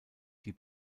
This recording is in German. die